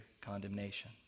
condemnation